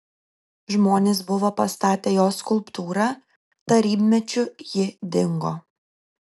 žmonės buvo pastatę jos skulptūrą tarybmečiu ji dingo